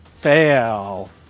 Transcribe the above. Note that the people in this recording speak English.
fail